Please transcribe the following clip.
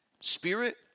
spirit